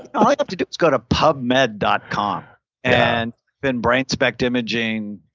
and like um to do is go to pubmed dot com and then brain spect imaging,